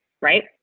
right